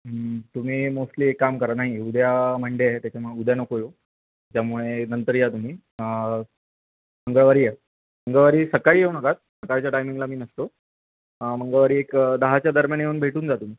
तुम्ही मोस्टली एक काम करा नाही उद्या मंडे आहे त्याच्यामुळे उद्या नको येऊ त्यामुळे नंतर या तुम्ही मंगळवारी या मंगळवारी सकाळी येऊ नका सकाळच्या टायमिंगला मी नसतो मंगळवारी एक दहाच्या दरम्यान येऊन भेटून जा तुम्ही